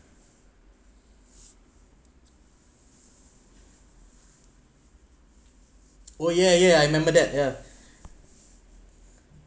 oh yeah yeah I remember that yeah